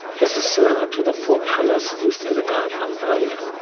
this is similar to the four colours used in the diagram earlier.